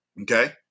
okay